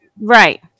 right